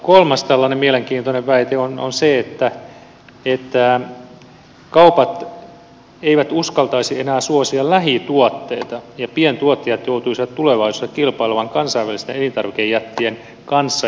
kolmas tällainen mielenkiintoinen väite on se että kaupat eivät uskaltaisi enää suosia lähituotteita ja pientuottajat joutuisivat tulevaisuudessa kilpailemaan kansainvälisten elintarvikejättien kanssa